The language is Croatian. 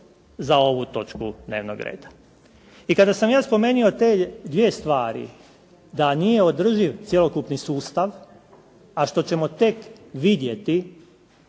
za ovu točku dnevnog reda. I kada sam ja spomenuo te dvije stvari da nije održiv cjelokupni sustav, a što ćemo tek vidjeti